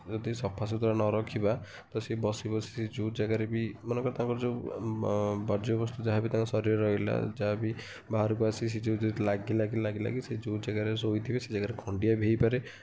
ଯଦି ସଫା ସୁତୁରା ନରଖିବା ତ ସେ ବସି ବସି ସେ ଯେଉଁ ଜାଗାରେ ବି ମନେକର ତାଙ୍କର ଯେଉଁ ବର୍ଜ୍ୟବସ୍ତୁ ଯାହାବି ତାଙ୍କ ଶରୀରରେ ରହିଲା ଯାହା ବି ବାହାରକୁ ଆସି ଲାଗି ଲାଗି ଲାଗି ଲାଗି ସେ ଯେଉଁ ଜାଗାରେ ଶୋଇଥିବେ ସେ ଜାଗାରେ ଖଣ୍ଡିଆ ବି ହୋଇପାରେ